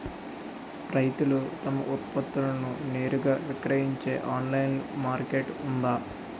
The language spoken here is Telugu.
రైతులు తమ ఉత్పత్తులను నేరుగా విక్రయించే ఆన్లైన్ మార్కెట్ ఉందా?